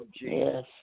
Yes